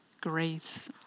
grace